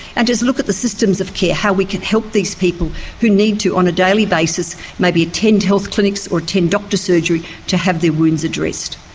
and just look at the systems of care, how we can help these people who need to on a daily basis maybe attend health clinics or attend doctors' surgery to have their wounds addressed.